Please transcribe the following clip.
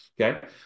Okay